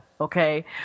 okay